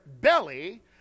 belly